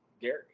Gary